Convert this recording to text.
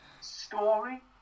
story